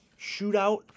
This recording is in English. shootout